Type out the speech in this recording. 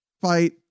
fight